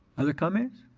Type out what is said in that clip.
other comments?